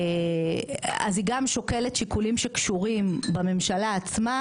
אז היא גם שוקלת שיקולים שקשורים בממשלה עצמה,